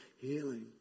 healing